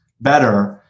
better